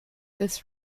this